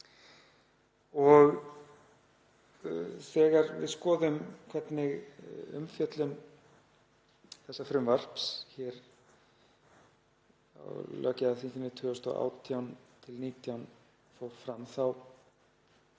Þegar við skoðum hvernig umfjöllun þessa frumvarps hér á löggjafarþinginu 2018–2019 fór fram þá